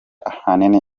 ahanini